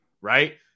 right